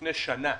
לפני שנה,